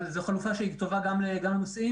אבל זו חלופה שטובה גם לנוסעים,